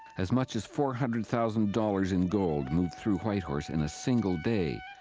as much as four hundred thousand dollars in gold moved through whitehorse in a single day.